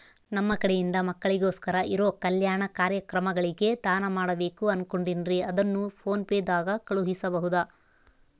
ನಮ್ಮ ಕಡೆಯಿಂದ ಮಕ್ಕಳಿಗೋಸ್ಕರ ಇರೋ ಕಲ್ಯಾಣ ಕಾರ್ಯಕ್ರಮಗಳಿಗೆ ದಾನ ಮಾಡಬೇಕು ಅನುಕೊಂಡಿನ್ರೇ ಅದನ್ನು ಪೋನ್ ಪೇ ದಾಗ ಕಳುಹಿಸಬಹುದಾ?